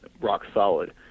rock-solid